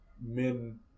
men